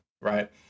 right